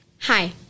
Hi